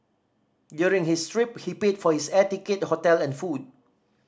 during his trip he paid for his air ticket hotel and food